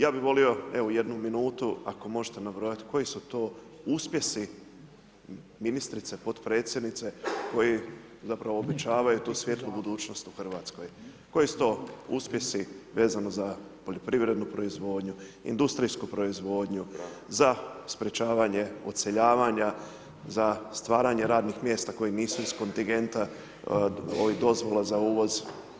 Ja bih volio evo jednu minutu, ako možete nabrojati koji su to uspjesi ministrice, potpredsjednici koji zapravo obećavaju tu svijetlu budućnost u Hrvatskoj, koji su to uspjesi vezano za poljoprivrednu proizvodnju, industrijsku proizvodnju, za sprječavanje odseljavanja, za stvaranje radnih mjesta koji nisu iz kontigenta, ovih dozvola za uzvoz.